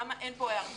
למה אין כאן היערכות?